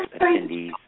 attendees